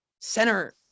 center